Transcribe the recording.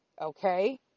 okay